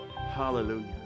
Hallelujah